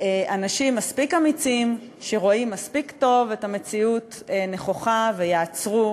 אנשים מספיק אמיצים שרואים מספיק טוב את המציאות נכוחה ויעצרו